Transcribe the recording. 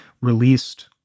released